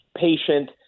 patient